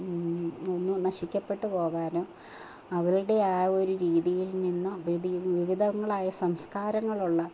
എങ്ങും നശിക്കപ്പെട്ടു പോകാനോ അവരുടെ ആ ഒരു രീതിയിൽ നിന്നും വിവി വിവിധങ്ങളായ സംസ്കാരങ്ങളുള്ള